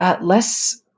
less